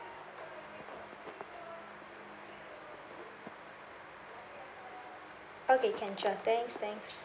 okay can sure thanks thanks